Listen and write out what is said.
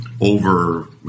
over